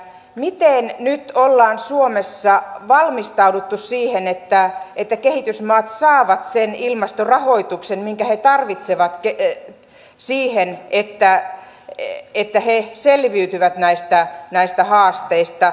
miten nyt ollaan suomessa valmistauduttu siihen että kehitysmaat saavat sen ilmastorahoituksen minkä he tarvitsevat siihen että he selviytyvät näistä haasteista